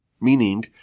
Meaning